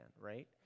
right